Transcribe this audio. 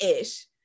ish